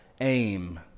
aim